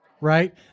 right